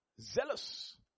Zealous